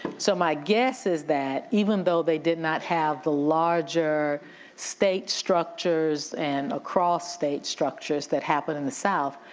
so my guess is that even though they did not have the larger state structures and across state structures that happen in the south,